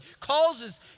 causes